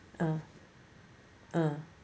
uh uh